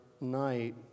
night